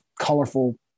colorful